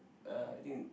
uh I think